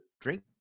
drink